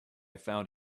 found